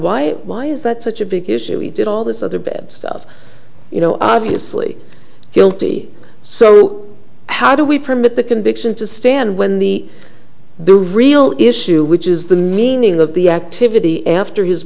why why is that such a big issue we did all this other bad stuff you know obviously guilty so how do we permit the conviction to stand when the the real issue which is the meaning of the activity after his